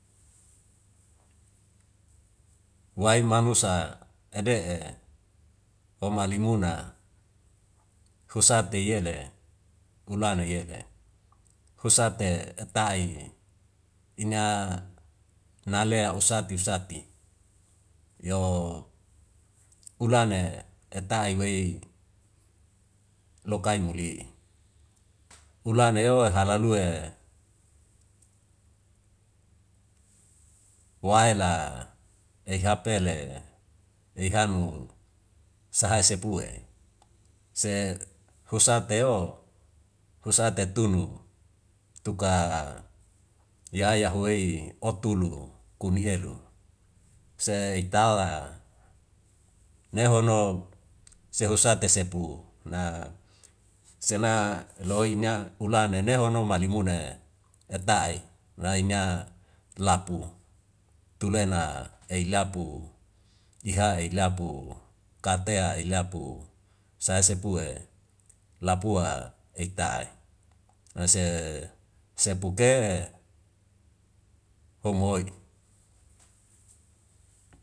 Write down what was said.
Wae manusa ede'e oma limuna husate yele ulana yele, husate ta'i ina nale usati usati yo ulane eta iwei lokai moli. Ulane yo halalue yoe halalue wae la ei hapele ei hanu sahai sepue se hosate yo, hosate tunu tuka ya yahu wei otulu kunu elu. Se itala ne hono se husate sepu na sena loi ina ulane ne hono male mune ata'i na ina lapu tulena ei lapu iha ei lapu katea ei lapu, sae sepue lapua eik ta'e mase sepuke homo oi.